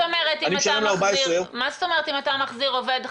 אני משלם לו 14 יום --- מה זאת אומרת אם אתה מחזיר עובד,